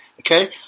Okay